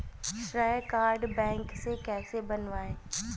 श्रेय card bank से कैसे बनवाएं?